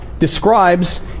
describes